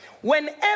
Whenever